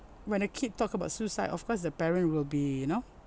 when a kid talk about suicide of course the parent will be you know